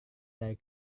dari